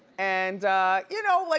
and you know, like